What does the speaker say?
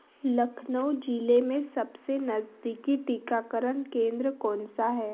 लखनऊ जिले में सबसे नज़दीकी टीकाकरण केंद्र कौनसा है